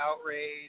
outrage